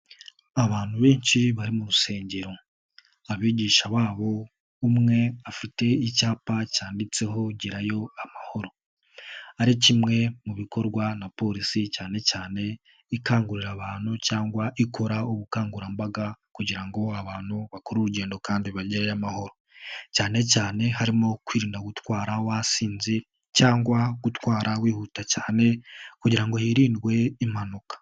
Abantu benshi bari mu rusengero, abigisha babo umwe afite icyapa cyanditseho gerayo amahoro, ari kimwe mu bikorwa na Polisi cyane cyane ikangurira abantu cyangwa ikora ubukangurambaga kugira ngo abantu bakore urugendo kandi bagereyo amahoro, cyane cyane harimo kwirinda gutwara wasinze cyangwa gutwara wihuta cyane kugira ngo hirindwe impanuka.